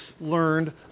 learned